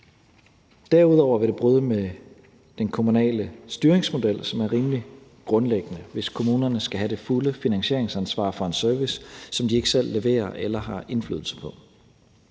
Derudover vil det bryde med den kommunale styringsmodel, som er rimelig grundlæggende, hvis kommunerne skal have det fulde finansieringsansvar for en service, som de ikke selv leverer eller har indflydelse på.